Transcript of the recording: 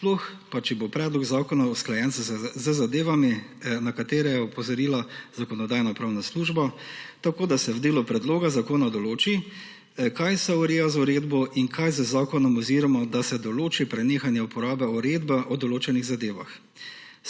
sploh pa, če bo predlog zakona usklajen z zadevami, na katere je opozorila Zakonodajno-pravna služba, tako da se v delu predloga zakona določi, kaj se ureja z uredbo in kaj z zakonom oziroma da se določi prenehanje uporabe uredbe o določenih zadevah.